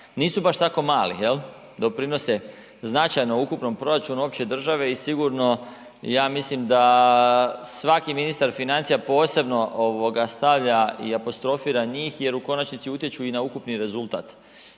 nisu baš tako mali jel, doprinose značajno ukupnom proračunu opće države i sigurno ja mislim da svaki ministar financija, posebno ovoga stavlja i apostrofira njih jer u konačnici utječu i na ukupni rezultat,